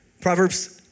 Proverbs